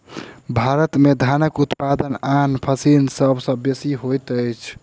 भारत में धानक उत्पादन आन फसिल सभ सॅ बेसी होइत अछि